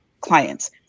clients